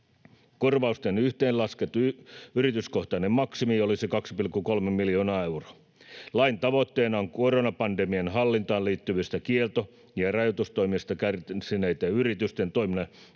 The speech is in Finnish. Korvausten yhteenlaskettu yrityskohtainen maksimi olisi 2,3 miljoonaa euroa. Lain tavoitteena on koronapandemian hallintaan liittyvistä kielto- ja rajoitustoimista kärsineitten yritysten toiminnan